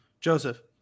Joseph